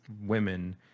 women